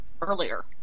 earlier